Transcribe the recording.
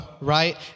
right